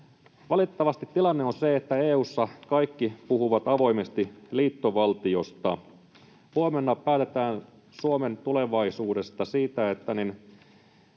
Valitettavasti tilanne on se, että EU:ssa kaikki puhuvat avoimesti liittovaltiosta. Huomenna päätetään Suomen tulevaisuudesta, siitä, tuleeko